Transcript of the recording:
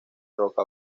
roca